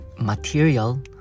material